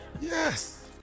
Yes